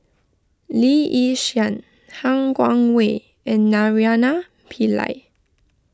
Lee Yi Shyan Han Guangwei and Naraina Pillai